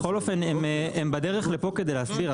בכל אופן הם בדרך לפה כדי להסביר,